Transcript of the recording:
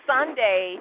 Sunday